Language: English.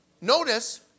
notice